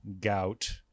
Gout